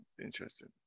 Interesting